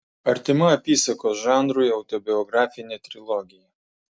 artima apysakos žanrui autobiografinė trilogija